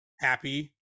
happy